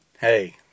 Hey